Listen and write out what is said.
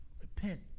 Repent